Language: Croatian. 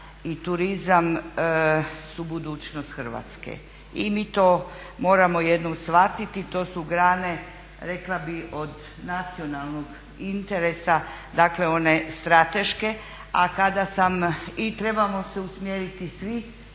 i turizam su budućnost Hrvatske i mi to moramo jednom shvatiti. To su grane rekla bih od nacionalnog interesa, dakle one strateške i trebamo se usmjeriti svi